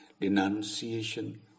denunciation